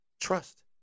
trust